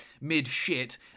mid-shit